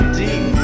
deep